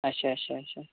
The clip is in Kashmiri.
اچھا اچھا اچھا